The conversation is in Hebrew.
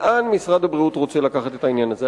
לאן משרד הבריאות רוצה לקחת את העניין הזה?